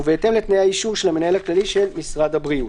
ובהתאם לתנאי האישור של המנהל הכללי של משרד הבריאות".